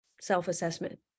self-assessment